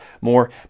more